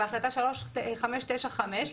בהחלטה 3595,